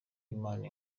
imana